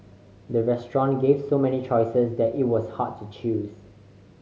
the restaurant gave so many choices that it was hard to choose